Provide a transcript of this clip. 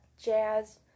jazz